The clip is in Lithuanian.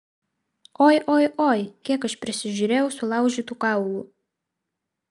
oi oi oi kiek aš prisižiūrėjau sulaužytų kaulų